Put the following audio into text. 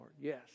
yes